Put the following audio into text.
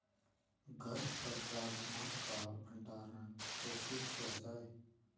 घर पर राजमा का भण्डारण कैसे किया जाय?